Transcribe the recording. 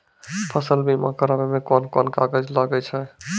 फसल बीमा कराबै मे कौन कोन कागज लागै छै?